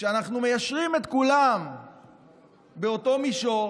וכשאנחנו מיישרים את כולם באותו מישור,